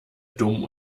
dumm